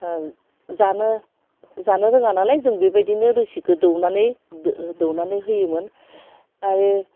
ओह जानो जानो रोङा नालाय जों बेबायदिनो रोसिखो दौनानै दो दौनानै होयोमोन आरो